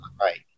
Right